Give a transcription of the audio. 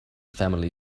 family